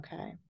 Okay